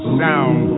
sound